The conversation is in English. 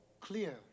clear